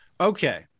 Okay